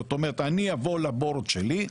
זאת אומרת אני אבוא ל-board שלי,